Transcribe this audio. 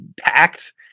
packed